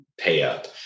payup